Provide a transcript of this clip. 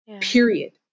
period